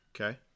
Okay